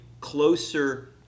closer